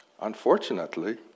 Unfortunately